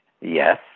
Yes